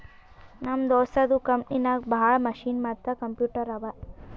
ನಮ್ ದೋಸ್ತದು ಕಂಪನಿನಾಗ್ ಭಾಳ ಮಷಿನ್ ಮತ್ತ ಕಂಪ್ಯೂಟರ್ ಅವಾ